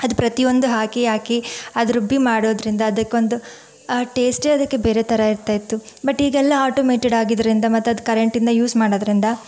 ಅದು ಪ್ರತಿ ಒಂದು ಹಾಕಿ ಹಾಕಿ ಅದು ರುಬ್ಬಿ ಮಾಡೋದ್ರಿಂದ ಅದಕ್ಕೊಂದು ಟೇಸ್ಟೇ ಅದಕ್ಕೆ ಬೇರೆ ಥರ ಇರ್ತಾ ಇತ್ತು ಬಟ್ ಈಗೆಲ್ಲ ಆಟೋಮ್ಯಾಟೆಡ್ ಆಗಿದ್ದರಿಂದ ಮತ್ತದು ಕರೆಂಟಿಂದ ಯೂಸ್ ಮಾಡೋದ್ರಿಂದ